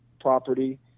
property